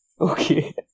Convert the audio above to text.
Okay